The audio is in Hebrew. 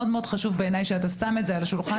מאוד חשוב בעיניי שאתה שם את זה על השולחן,